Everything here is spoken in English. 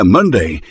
Monday